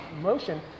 motion